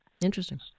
interesting